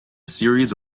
series